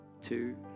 Two